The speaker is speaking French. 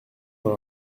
dans